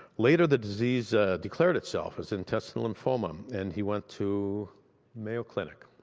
later the disease declared itself as intestinal lymphoma, and he went to mayo clinic.